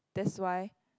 that's why